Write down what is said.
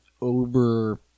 over